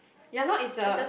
ya loh it's a